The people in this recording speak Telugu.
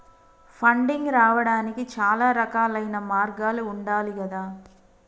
ఫండింగ్ రావడానికి చాలా రకాలైన మార్గాలు ఉండాలి గదా